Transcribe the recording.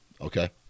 Okay